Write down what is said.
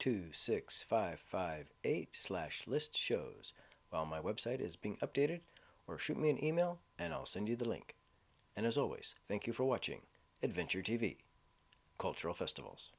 two six five five eight slash list shows well my website is being updated or shoot me an email and i'll send you the link and as always thank you for watching adventure t v cultural festivals